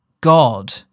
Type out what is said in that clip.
God